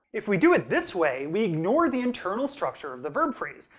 if we do it this way, we ignore the internal structure of the verb phrase,